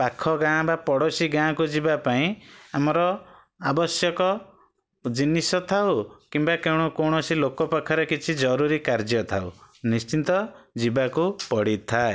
ପାଖଗାଁ ବା ପଡ଼ୋଶୀ ଗାଁକୁ ଯିବାପାଇଁ ଆମର ଆବଶ୍ୟକ ଜିନିଷ ଥାଉ କିମ୍ବା କ'ଣ କୌଣସି ଲୋକ ପାଖରେ କିଛି ଜରୁରୀ କାର୍ଯ୍ୟ ଥାଉ ନିଶ୍ଚିନ୍ତ ଯିବାକୁ ପଡ଼ିଥାଏ